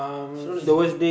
slowly slow